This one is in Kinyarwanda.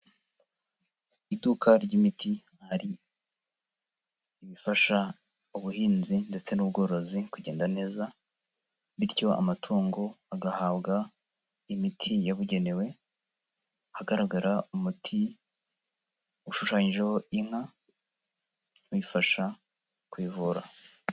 Iduka ry'imiti hari ibifasha ubuhinzi ndetse n'ubworozi kugenda neza, bityo amatungo agahabwa imiti yabugenewe, hagaragara umuti ushushanyijeho inka bifasha kuyivura.